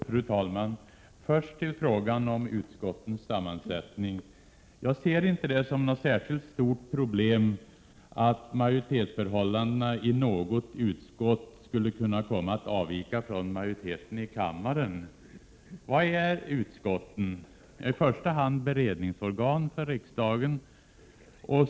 Fru talman! Först till frågan om utskottens sammansättning. Jag ser det inte som något särskilt stort problem att majoritetsförhållandena i något utskott skulle kunna komma att avvika från majoriteten i kammaren. Vad är utskotten? Jo, i första hand beredningsorgan för riksdagen.